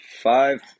five